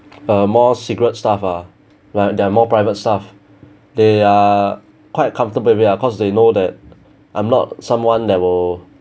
err more secret stuff ah like their more private stuff they are quite comfortable with me lah because they know that I'm not someone that will